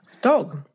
dog